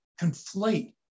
conflate